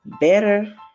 better